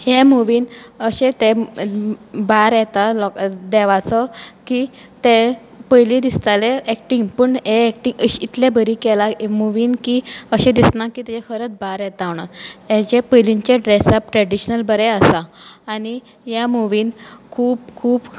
हे मुवीन अशे ते भार येता लोक देवाचो की ते पयलीं दिसतालें एक्टींग पूण हें एक्टींग अशी इतलें बरी केलां मुवीन की अशें दिसना की तें खरेंत भार येता म्हणून हें जें पयलींनचें ड्रॅस अप ट्रॅडिशनल आसा आनी ह्या मुवीन खूब खूब